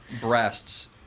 breasts